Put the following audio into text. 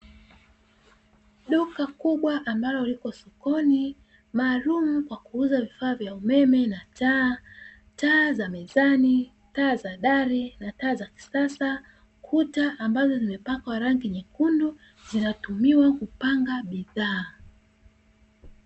Duka kubwa ambalo lipo sokoni maalumu kwa kuuza vifaa vya umeme na taa kama vile taa za mezani, taa za dari na taa za kisasa. Kuta ambazo zimepakwa rangi nyekundu zinatumiwa kupanga bidhaa.